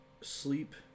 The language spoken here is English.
sleep